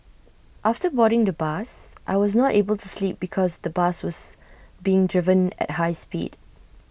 after boarding the bus I was not able to sleep because the bus was being driven at high speed